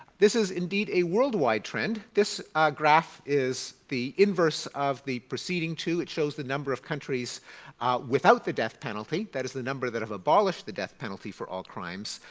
this is indeed a worldwide trend. this graph is the inverse of the preceding two. it shows the number of countries without the death penalty that is the number that have abolished the death penalty for all crimes.